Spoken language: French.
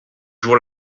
jour